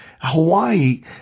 Hawaii